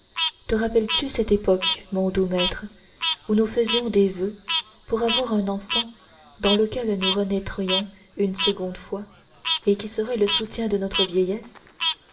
te rappelles-tu cette époque mon doux maître où nous faisions des voeux pour avoir un enfant dans lequel nous renaîtrions une seconde fois et qui serait le soutien de notre vieillesse